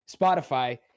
Spotify